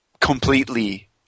completely